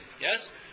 Yes